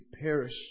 perish